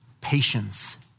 patience